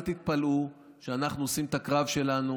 אל תתפלאו שאנחנו עושים את הקרב שלנו,